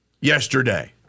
yesterday